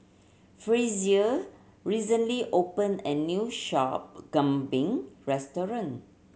Frazier recently opened a new shop kambing restaurant